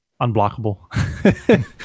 Unblockable